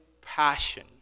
passion